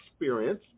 experience